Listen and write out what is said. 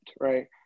right